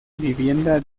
vivienda